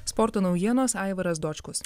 sporto naujienos aivaras dočkus